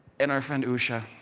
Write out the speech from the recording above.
and our friend usha,